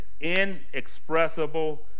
inexpressible